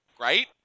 right